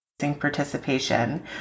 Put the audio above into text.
Participation